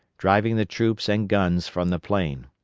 driving the troops and guns from the plain.